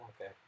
okay